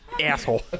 asshole